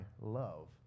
love